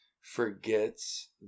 forgets